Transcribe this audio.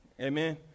Amen